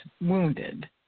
wounded